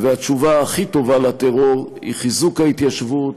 והתשובה הכי טובה לטרור היא חיזוק ההתיישבות,